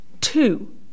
Two